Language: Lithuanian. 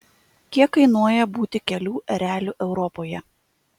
kiek kainuoja būti kelių ereliu europoje